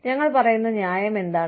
ഞങ്ങൾ പറയുന്ന ന്യായം എന്താണ്